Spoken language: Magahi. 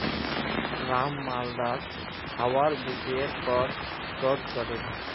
राम मालदार हवार विषयर् पर शोध करील